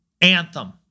anthem